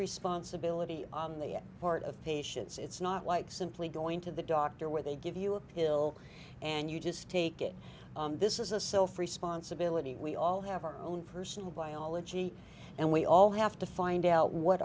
responsibility on the part of patients it's not like simply going to the doctor where they give you a pill and you just take it on this is a self responsibility we all have our own personal biology and we all have to find out what